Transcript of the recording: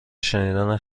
شنیدن